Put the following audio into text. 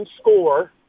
score